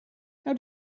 how